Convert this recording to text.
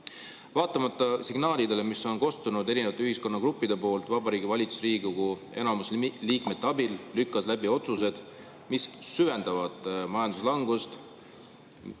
Vaatamata signaalidele, mis on kostnud erinevatelt ühiskonnagruppidelt, lükkas Vabariigi Valitsus Riigikogu enamuse liikmete abil läbi otsused, mis süvendavad majanduslangust